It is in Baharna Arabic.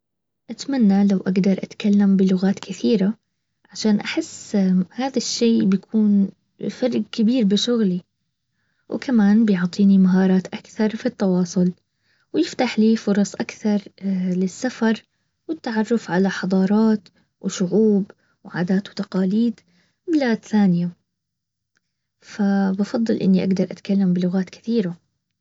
اتمنى لو اقدر اتكلم بلغات كثيرة عشان احس هذا الشيء بيكون فرق كبير بشغلي وكمان بيعطيني مهارات اكثر في التواصل ويفتح لي فرص اكثر للسفر والتعرف على حضارات وشعوب وعادات وتقاليد بلاد ثانية فبفضل اني اقدر اتكلم بلغات كثيرة